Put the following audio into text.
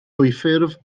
dwyffurf